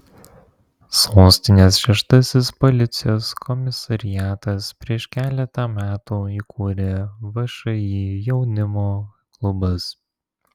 sostinės šeštasis policijos komisariatas prieš keletą metų įkūrė všį jaunimo klubas